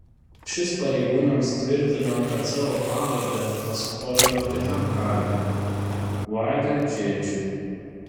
šis pareigūnams tvirtino kad savo pavardę paskolino kitam kaliniui vaidui čėčiui